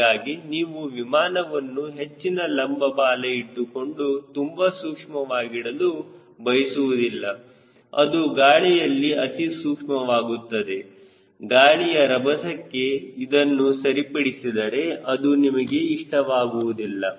ಹೀಗಾಗಿ ನೀವು ವಿಮಾನವನ್ನು ಹೆಚ್ಚಿನ ಲಂಬ ಬಾಲ ಇಟ್ಟುಕೊಂಡು ತುಂಬಾ ಸೂಕ್ಷ್ಮವಾಗಿಡಲು ಬಯಸುವುದಿಲ್ಲ ಅದು ಗಾಳಿಯಲ್ಲಿ ಅತಿಸೂಕ್ಷ್ಮವಾಗುತ್ತದೆ ಗಾಳಿಯ ರಭಸಕ್ಕೆ ಇದನ್ನು ಸರಿಪಡಿಸಿದರೆ ಅದು ನಿಮಗೆ ಇಷ್ಟವಾಗುವುದಿಲ್ಲ